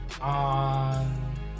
on